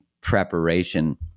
preparation